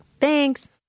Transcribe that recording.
Thanks